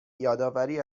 یادآوری